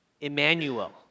Emmanuel